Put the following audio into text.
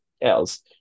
else